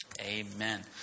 Amen